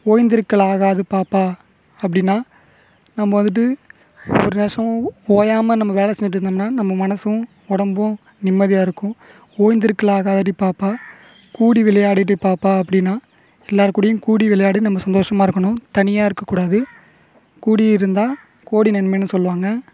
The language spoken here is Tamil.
ஓய்ந்திருக்கலாகாது பாப்பா அப்படினா நம்ம வந்துட்டு ஒரு நேசம் ஓயாமல் நம்ம வேலை செஞ்சுட்டு இருந்தம்னா நம்ம மனசும் உடம்பும் நிம்மதியாக இருக்கும் ஓய்ந்திருக்க ஆகாதடி பாப்பா கூடி விளையாடி பாப்பா அப்படினா எல்லோர்கூடையும் கூடி விளையாடி நம்ம சந்தோசமாக இருக்கணும் தனியாக இருக்கக்கூடாது கூடி இருந்தால் கோடி நன்மைன்னு சொல்லுவாங்கள்